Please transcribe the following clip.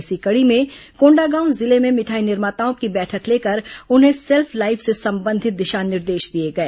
इसी कड़ी में कोंडागांव जिले में मिठाई निर्माताओं की बैठक लेकर उन्हें सेल्फ लाइफ से संबंधित दिशा निर्देश दिए गए